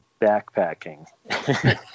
backpacking